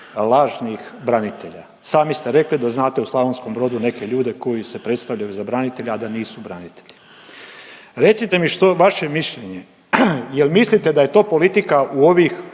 lažnih branitelja. Sami ste rekli da znate u Slavonskom Brodu neke ljude koji se predstavljaju za branitelje a da nisu branitelji. Recite mi vaše mišljenje. Jel' mislite da je to politika u ovih